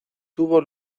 tuvo